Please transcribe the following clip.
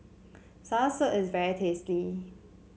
soursop is very tasty